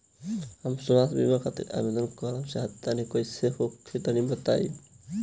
हम स्वास्थ बीमा खातिर आवेदन करल चाह तानि कइसे होई तनि बताईं?